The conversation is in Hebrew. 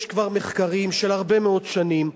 יש כבר מחקרים של הרבה מאוד שנים,